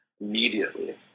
immediately